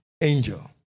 angel